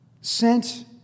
sent